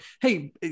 Hey